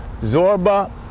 Zorba